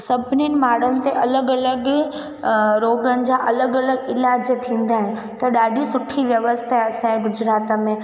सभिनीनि माड़नि ते अलॻि अलॻि रोगनि जा अलॻि अलॻि इलाज थींदा आहिनि त ॾाढियूं सुठी व्यवस्था असांजे गुजरात में